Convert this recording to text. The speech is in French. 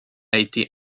été